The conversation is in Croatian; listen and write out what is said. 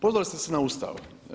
Pozvali ste se na Ustav.